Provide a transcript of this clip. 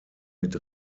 mit